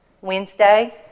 wednesday